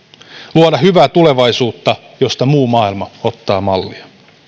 luoda hyvää tulevaisuutta josta muu maailma ottaa mallia